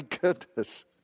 goodness